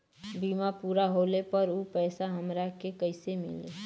बीमा पूरा होले पर उ पैसा हमरा के कईसे मिली?